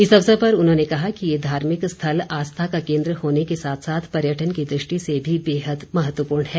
इस अवसर पर उन्होंने कहा कि ये धार्मिक स्थल आस्था का केन्द्र होने के साथ साथ पर्यटन की दृष्टि से भी बेहद महत्वपूर्ण है